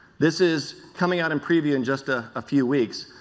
this is coming out in preview in just a ah few weeks,